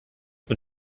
mit